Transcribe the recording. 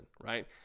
right